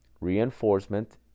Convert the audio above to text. reinforcement